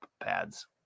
pads